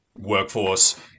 Workforce